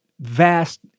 vast